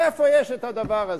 איפה יש הדבר הזה?